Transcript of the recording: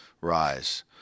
rise